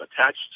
attached